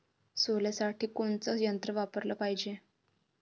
सोल्यासाठी कोनचं यंत्र वापराले पायजे?